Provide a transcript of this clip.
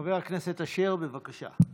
חבר הכנסת אשר, בבקשה.